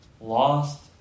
lost